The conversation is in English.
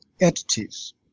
entities